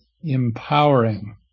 empowering